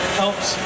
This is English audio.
helps